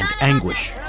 anguish